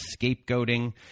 scapegoating